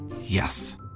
Yes